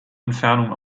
entfernung